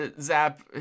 Zap